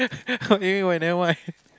continue why then why